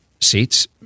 seats